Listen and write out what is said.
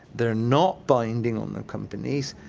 they are not binding on the companies,